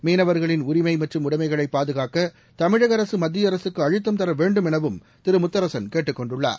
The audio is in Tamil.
மீனவர்களின் உரிமை மற்றும் உடைமைகளை பாதுகாக்க தமிழக அரசு மத்திய அரசுக்கு அழுத்தம் தர வேண்டும் எனவும் திரு முத்தரசன் கேட்டுக்கொண்டுள்ளார்